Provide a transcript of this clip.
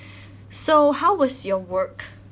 so how was your work